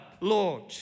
Lord